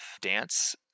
dance